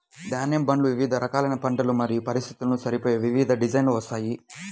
ధాన్యం బండ్లు వివిధ రకాలైన పంటలు మరియు పరిస్థితులకు సరిపోయే వివిధ డిజైన్లలో వస్తాయి